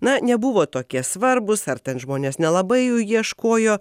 na nebuvo tokie svarbūs ar ten žmonės nelabai jų ieškojo